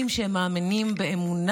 בעצם מגדיר את האמונה במשיח,